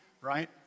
Right